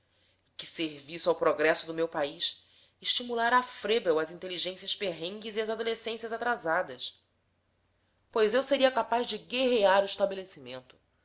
que serviço ao progresso do meu pais estimular à froebel as inteligências perrengues e as adolescências atrasadas pois eu seria capaz de guerrear o estabelecimento